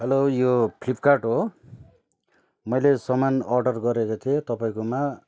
hello यो Flipkart हो मैले सामान अर्डर गरेको थिएँ तपाईँकोमा